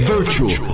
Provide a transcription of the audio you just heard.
Virtual